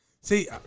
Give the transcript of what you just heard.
See